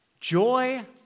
Joy